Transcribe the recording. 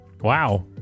Wow